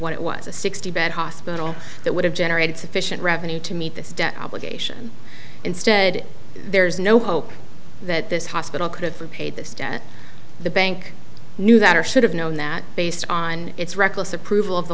what it was a sixty bed hospital that would have generated sufficient revenue to meet this debt obligation instead there's no hope that this hospital could for pay this debt the bank knew that or should have known that based on its reckless approval of the